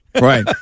right